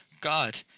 God